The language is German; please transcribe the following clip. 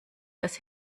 das